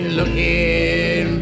looking